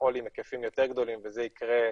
לפעול עם היקפים יותר גדולים וזה יקרה,